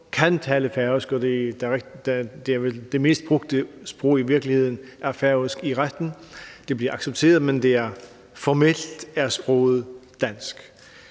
kan tale færøsk, og færøsk er vel i virkeligheden det mest brugte sprog i retten. Det bliver accepteret, men formelt er sproget dansk.